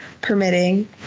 permitting